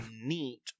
neat